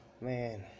Man